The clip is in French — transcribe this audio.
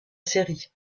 série